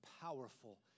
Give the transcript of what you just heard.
powerful